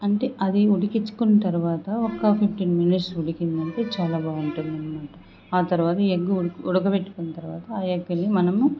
అంటే అది ఉడికిచ్చుకొనిన తరువాత ఒక ఫిఫ్టీన్ మినిట్స్ ఉడికిందంటే చాలా బాగుంటుందనమాట ఆ తరువాత ఎగ్గు ఉ ఉడక బెట్టిన తరువాత ఆ ఎగ్ని మనము